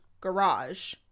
garage